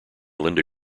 linda